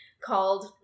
called